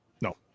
No